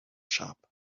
shop